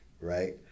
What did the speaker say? right